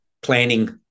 planning